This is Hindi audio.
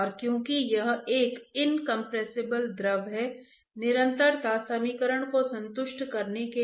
किसी भी तरह से आप शेल बैलेंस से प्राप्त कर सकते हैं